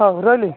ହଉ ରହିଲି